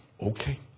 Okay